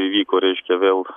įvyko reiškia vėl